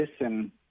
listen